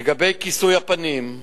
לגבי כיסוי הפנים,